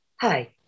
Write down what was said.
Hi